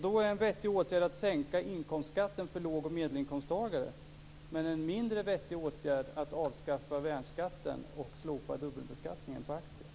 Då är en vettig åtgärd att sänka inkomstskatten för låg och medelinkomsttagare. En mindre vettig åtgärd är att avskaffa värnskatten och slopa dubbelbeskattningen på aktier.